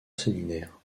séminaire